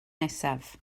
nesaf